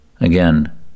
Again